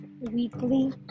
weekly